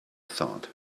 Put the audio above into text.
thought